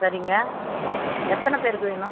சரிங்க எத்தனை பேருக்கு வேணும்